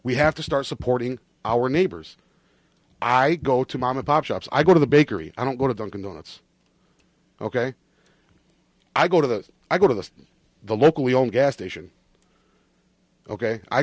we have to start supporting our neighbors i go to mom and pop shops i go to the bakery i don't go to dunkin donuts ok i go to the i go to the locally owned gas station ok